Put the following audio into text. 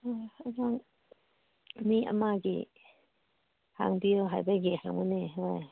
ꯑꯉꯥꯡ ꯃꯤ ꯑꯃꯒꯤ ꯍꯪꯕꯤꯌꯨ ꯍꯥꯏꯕꯒꯤ ꯍꯪꯕꯅꯦ ꯍꯣꯏ